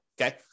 Okay